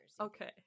Okay